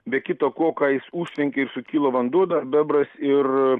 be kita ko ką jis užtvenkė ir sukilo vanduo dar bebras ir